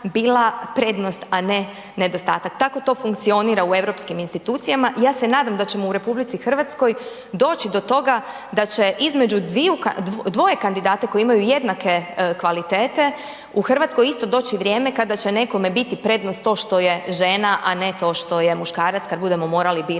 bila prednost, a ne nedostatak, tako to funkcionira u europskim institucijama. Ja se nadam da ćemo u RH doći do toga da će između dvoje kandidata koje imaju jednake kvalitete u RH isto doći vrijeme kada će nekome biti prednost to što je žena, a ne to što je muškarac, kad budemo morali birat